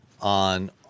on